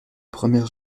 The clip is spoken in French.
première